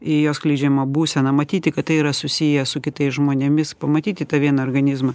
į jo skleidžiamą būseną matyti kad tai yra susiję su kitais žmonėmis pamatyti tą vieną organizmą